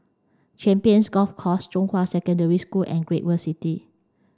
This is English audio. Champions Golf Course Zhonghua Secondary School and Great World City